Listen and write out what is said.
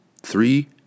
Three